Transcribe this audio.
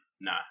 No